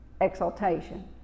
exaltation